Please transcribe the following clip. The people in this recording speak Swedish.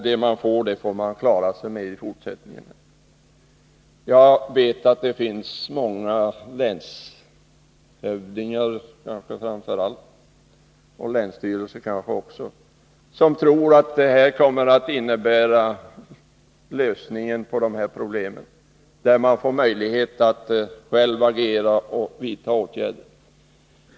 Det som länen får skall de dock klara sig med i fortsättningen. Jag vet att det finns många länshövdingar — framför allt sådana, men kanske också länsstyrelser — som tror att lösningen på deras problem är att de själva får möjlighet att agera och vidta åtgärder.